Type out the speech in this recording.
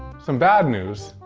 some bad news,